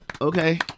Okay